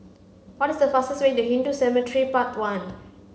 what is the fastest way to Hindu Cemetery Path one